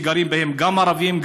וגרים בהם גם ערבים,